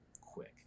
quick